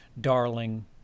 darling